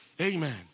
Amen